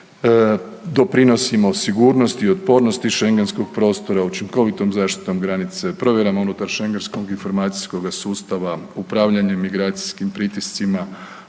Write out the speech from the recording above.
doprinosimo sigurnosti i otpornosti Schengenskoga prostora, učinkovitom zaštitom granice, provjerama unutar Schengenskoga informacijskog sustava, upravljanjem migracijskim pritiscima,